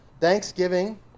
Thanksgiving